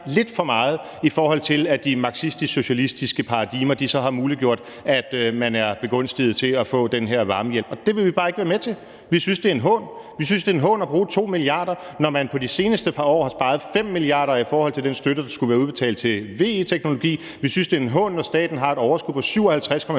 lidt for meget, i forhold til at de marxistisk-socialistiske paradigmer så har muliggjort, at man er begunstiget til at få den her varmehjælp. Det vil vi bare ikke være med til. Vi synes, det er en hån. Vi synes, det er en hån at bruge 2 mia. kr., når man de seneste par år har sparet 5 mia. kr. i forhold til den støtte, der skulle have været udbetalt til VE-teknologi. Vi synes, det er en hån, når staten har et overskud på 57,6